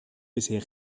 bisher